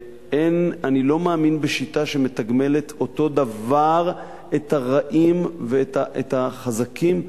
אני לא מאמין בשיטה שמתגמלת אותו דבר את הרעים ואת החזקים.